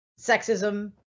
sexism